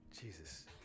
Jesus